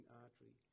artery